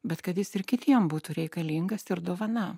bet kad jis ir kitiem būtų reikalingas ir dovana